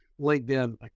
LinkedIn